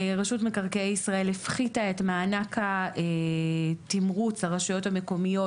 רשות מקרקעי ישראל הפחיתה את מענק התמרוץ לרשויות המקומיות,